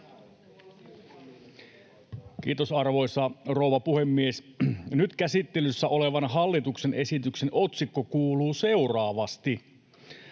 Kiitos, arvoisa rouva puhemies! Nyt käsittelyssä olevan hallituksen esityksen otsikko kuuluu seuraavasti: